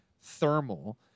thermal